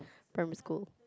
primary school